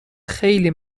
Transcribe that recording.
خیلی